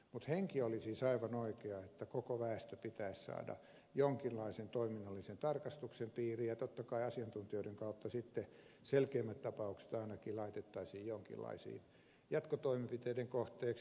mutta henki oli siis aivan oikea että koko väestö pitäisi saada jonkinlaisen toiminnallisen tarkastuksen piiriin ja totta kai asiantuntijoiden kautta sitten selkeimmät tapaukset ainakin laitettaisiin jonkinlaisten jatkotoimenpiteiden kohteeksi